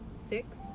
Six